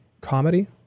comedy